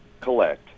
collect